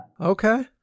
Okay